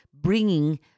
bringing